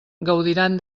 gaudiran